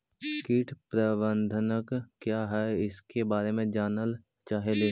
कीट प्रबनदक क्या है ईसके बारे मे जनल चाहेली?